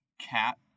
cat